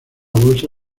bolsa